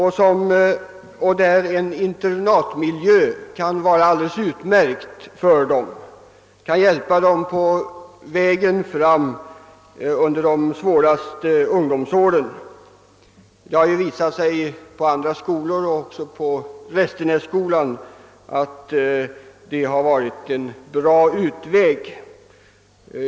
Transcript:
Här kan en internatmiljö vara alldeles utmärkt och hjälpa vederbörande på vägen under de svåraste ungdomsåren. Det har ju visat sig i andra skolor, även på Restenässkolan, att det varit en god lösning.